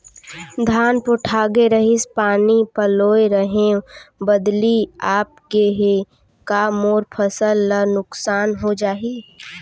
धान पोठागे रहीस, पानी पलोय रहेंव, बदली आप गे हे, का मोर फसल ल नुकसान हो जाही?